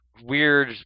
Weird